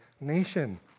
nation